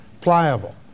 pliable